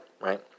right